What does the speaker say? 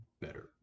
better